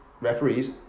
referees